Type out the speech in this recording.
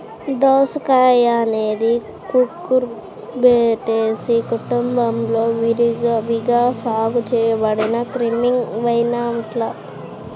దోసకాయఅనేది కుకుర్బిటేసి కుటుంబంలో విరివిగా సాగు చేయబడిన క్రీపింగ్ వైన్ప్లాంట్